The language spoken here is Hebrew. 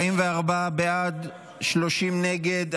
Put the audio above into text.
44 בעד, 30 נגד.